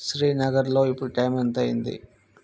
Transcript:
శ్రీనగర్లో ఇప్పుడు టైం ఎంతయ్యింది